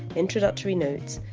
introductory notes,